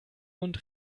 und